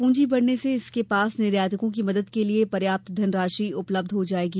पूंजी बढ़ने से इसके पास निर्यातकों की मदद के लिए पर्याप्त धनराशि उपलब्ध हो जायेगी